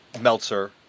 Meltzer